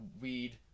weed